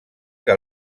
que